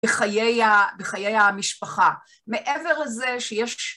בחיי ה.. בחיי המשפחה, מעבר לזה שיש...